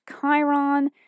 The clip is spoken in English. Chiron